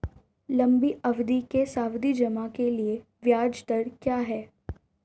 लंबी अवधि के सावधि जमा के लिए ब्याज दर क्या है?